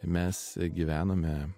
mes gyvenome